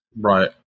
Right